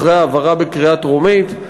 אחרי העברה בקריאה טרומית,